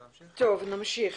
נמשיך.